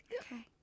Okay